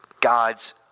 God's